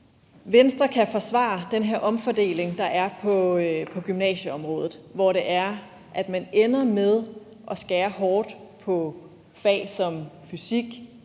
Venstre kan forsvare den her omfordeling, der er på gymnasieområdet, hvor man ender med at skære hårdt ned på fag som fysik,